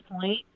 point